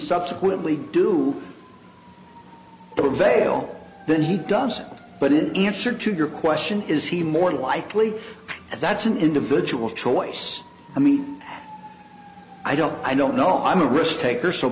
subsequently do the veil then he does but in answer to your question is he more likely that's an individual choice i mean i don't i don't know i'm a risk taker so